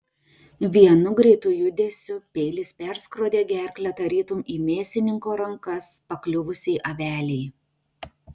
vienu greitu judesiu peilis perskrodė gerklę tarytum į mėsininko rankas pakliuvusiai avelei